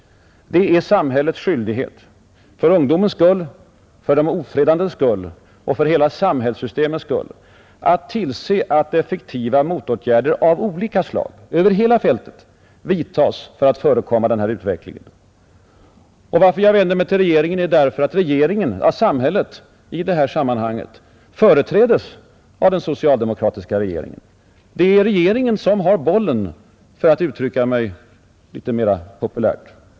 Det är samhällets skyldighet — för ungdomens skull, för de ofredades skull och för hela samhällssystemets skull — att tillse att effektiva motåtgärder av olika slag över hela fältet vidtas för att förekomma den här utvecklingen. Varför jag vänder mig till regeringen är därför att samhället i det här sammanhanget företrädes av den socialdemokratiska regeringen. Det är regeringen som har bollen, för att uttrycka mig litet mera populärt.